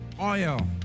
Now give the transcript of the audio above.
oil